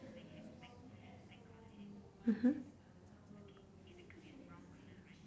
(uh huh)